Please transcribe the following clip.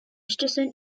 station